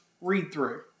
read-through